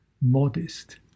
Modest